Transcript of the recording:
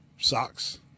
socks